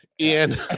Ian